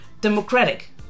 democratic